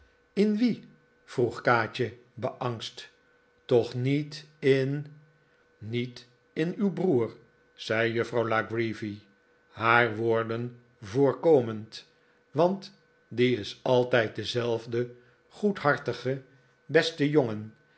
in wien vroeg kaatje beangst toch niet in niet in uw broer zei juffrouw la creevy haar woorden voorkomend want die is altij'd dezelfde goedhartige beste jongen